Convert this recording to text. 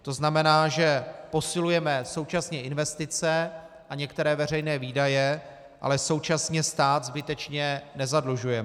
To znamená, že posilujeme současně investice a některé veřejné výdaje, ale současně stát zbytečně nezadlužujeme.